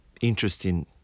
interesting